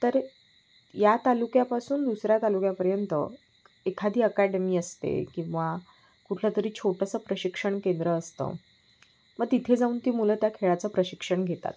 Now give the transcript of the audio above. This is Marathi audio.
तर या तालुक्यापासून दुसऱ्या तालुक्यापर्यंत एखादी अकॅडमी असते किंवा कुठलंतरी छोटंसं प्रशिक्षण केंद्र असतं मग तिथे जाऊन ती मुलं त्या खेळाचं प्रशिक्षण घेतात